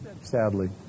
sadly